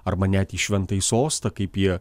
arba net į šventąjį sostą kaip jie